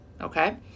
Okay